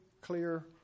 clear